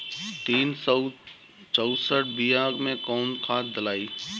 तीन सउ चउसठ बिया मे कौन खाद दलाई?